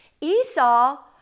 Esau